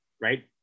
right